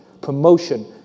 Promotion